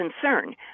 concern